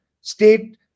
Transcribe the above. state